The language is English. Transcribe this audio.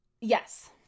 yes